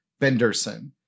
Benderson